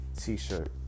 T-shirt